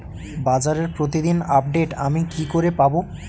বাজারের প্রতিদিন আপডেট আমি কি করে পাবো?